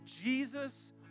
Jesus